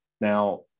Now